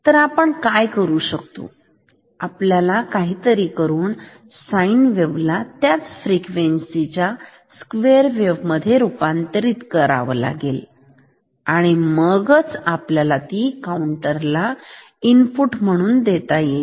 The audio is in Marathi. तर आपण काय करू शकतो आपल्या ला काहितरी करून साइन वेव्ह ला त्याच फ्रिक्वेन्सीच्या स्क्वेअर वेव्ह मध्ये रूपांतरित करावं लागेल आणि मग ती काउंटर ला देत येईल